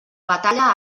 batalla